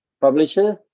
publishers